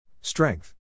Strength